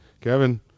Kevin